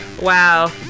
Wow